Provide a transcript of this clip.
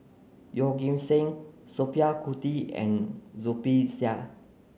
Yeoh Ghim Seng Sophia Cooke and Zubir Said